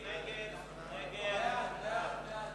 מי נמנע?